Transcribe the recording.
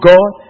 God